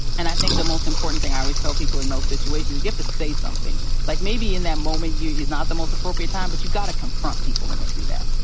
and i think the most important thing i always tell people in those situations is you have to say something. like, maybe in that moment is not the most appropriate time, but you've gotta confront people when they do that.